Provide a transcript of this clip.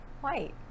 White